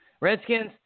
Redskins